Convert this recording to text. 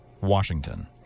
Washington